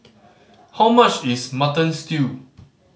how much is Mutton Stew